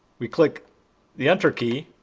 we click the enter key.